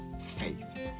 faith